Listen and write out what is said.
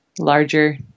Larger